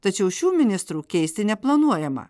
tačiau šių ministrų keisti neplanuojama